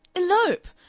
elope!